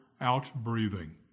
outbreathing